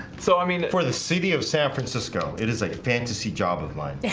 so i mean for the city of san francisco. it is a fantasy job of mine.